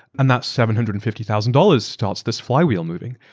and that seven hundred and fifty thousand dollars starts this flywheel moving.